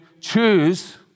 choose